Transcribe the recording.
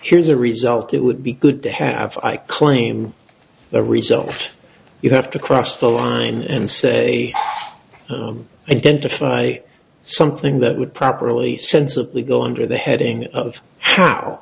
here's a result it would be good to have i claim the result you have to cross the line and say identify something that would properly sensibly go under the heading of how